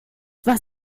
was